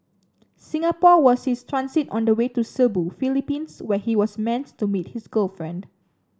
Singapore was his transit on the way to Cebu Philippines where he was meant to meet his girlfriend